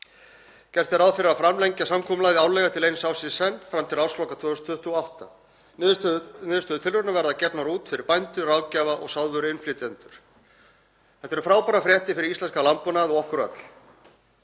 Gert er ráð fyrir að framlengja samkomulagið árlega til eins árs í senn fram til ársloka 2028. Niðurstöður tilraunarinnar verða gefnar út fyrir bændur, ráðgjafa og sáðvöruinnflytjendur. Þetta eru frábærar fréttir fyrir íslenskan landbúnað og okkur öll.